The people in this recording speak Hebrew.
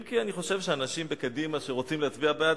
אם כי אני חושב שהאנשים בקדימה שרוצים להצביע בעד,